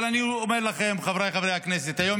אבל אני אומר לכם, חבריי חברי הכנסת,